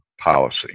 policy